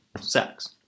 sex